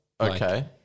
Okay